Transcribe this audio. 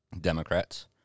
Democrats